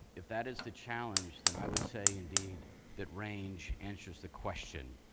if that is the challenge, then i would say indeed that range answers the question.